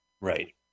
Right